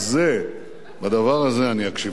בדבר הזה אני אקשיב לך.